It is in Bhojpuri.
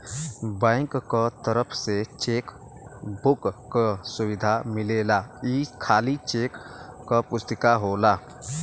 बैंक क तरफ से चेक बुक क सुविधा मिलेला ई खाली चेक क पुस्तिका होला